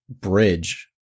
bridge